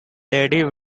lady